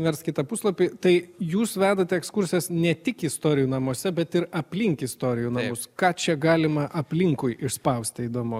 verst kitą puslapį tai jūs vedate ekskursijas ne tik istorijų namuose bet ir aplink istorijų namus ką čia galima aplinkui išspausti įdomu